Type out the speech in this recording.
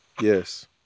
Yes